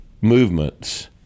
movements